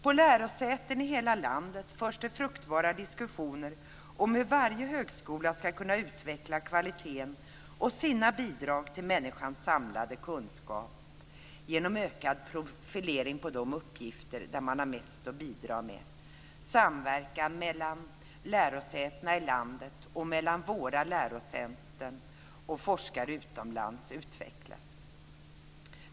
På lärosäten i hela landet förs det fruktbara diskussioner om hur varje högskola ska kunna utveckla kvaliteten och sina bidrag till människans samlade kunskap genom ökad profilering på de uppgifter där man har mest att bidra med. Samverkan mellan lärosätena i landet och mellan våra lärosäten och forskare utomlands utvecklas.